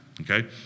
okay